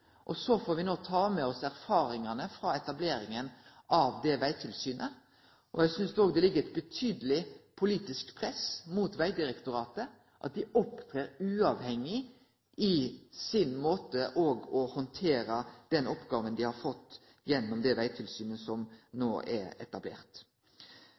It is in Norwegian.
vegtilsyn. Så får me ta med oss erfaringane frå etableringa av det vegtilsynet. Eg synest òg det ligg eit betydeleg politisk press på Vegdirektoratet, at dei opptrer uavhengig i måten å handtere den oppgåva dei har fått, gjennom det vegtilsynet som